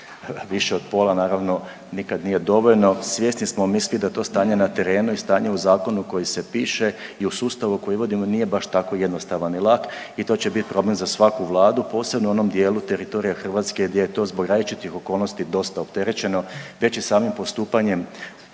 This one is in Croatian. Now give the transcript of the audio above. više od pola, naravno nikad nije dovoljno, svjesni smo mi svi da to stanje na terenu i stanje u zakonu koji se piše i u sustavu koji vodimo nije baš tako jednostavan i lak i to će bit problem za svaku vladu, posebno u onom dijelu teritorija Hrvatska gdje je to zbog različitih okolnosti dosta opterećeno, gdje će samim postupanjem